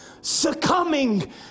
succumbing